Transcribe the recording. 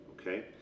okay